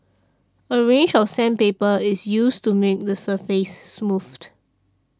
a range of sandpaper is used to make the surface smooth